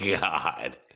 God